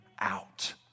out